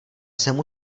jsem